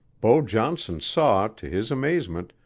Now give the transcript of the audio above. beau johnson saw, to his amazement,